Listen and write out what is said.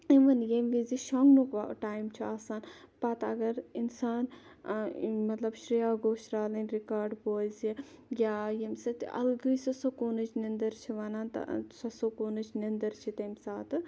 اِوٕن ییٚمہِ وِزِ شۄنٛگنُک ٹایِم چھُ آسان پَتہٕ اَگَر اِنسان مَطلَب شریا گوشرالٕنۍرِکاڈ بوزٕ یا ییٚمہِ سۭتۍ اَلگٕے سۄ سکوٗنٕچ نِندِر چھِ وَنان سۄ سکوٗنٕچ نِندِر چھِ تمہِ ساتہٕ